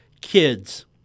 kids